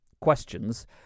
questions